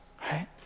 Right